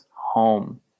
home